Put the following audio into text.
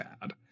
bad